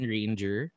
Ranger